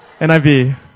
NIV